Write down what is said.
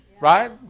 right